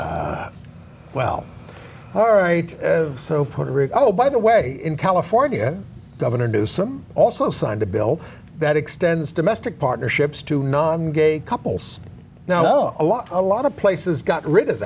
well all right so puerto rico by the way in california governor newsome also signed a bill that extends domestic partnerships to non gay couples now i know a lot a lot of places got rid of